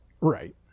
Right